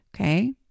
Okay